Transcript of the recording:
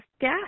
gas